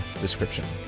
description